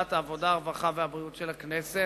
ועדת העבודה, הרווחה והבריאות של הכנסת.